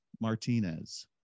Martinez